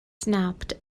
snapped